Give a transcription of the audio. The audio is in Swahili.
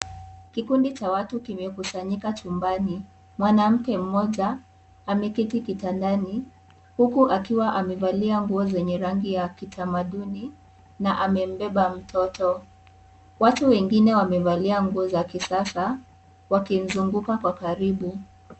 Kikundi cha watu waliokusanyika nyumbani , mwanamke mmoja ameketi kitandani huku akiwa amevalia nguo zenye rangi ya kitamaduni na amebeba mtoto. Watu wengine wamevalia nguo za kisasa wakimzunguka Kwa karibu.